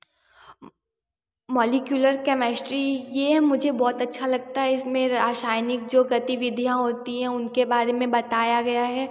molecular chemistry यह मुझे बहुत अच्छा लगता है इसमें रासायनिक जो गतिविधियाँ होती हैं उनके बारे में बताया गया है